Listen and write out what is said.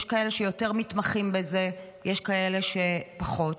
יש כאלה שיותר מתמחים בזה יש כאלה שפחות,